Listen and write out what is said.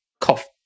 cough